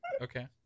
okay